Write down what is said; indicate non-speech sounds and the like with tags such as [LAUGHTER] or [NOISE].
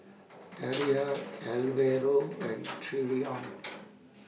Daria [NOISE] Alvaro and Trevion